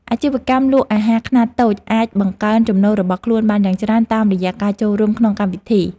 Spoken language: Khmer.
អាជីវកម្មលក់អាហារខ្នាតតូចអាចបង្កើនចំណូលរបស់ខ្លួនបានយ៉ាងច្រើនតាមរយៈការចូលរួមក្នុងកម្មវិធី។